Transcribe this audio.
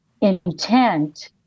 intent